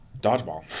Dodgeball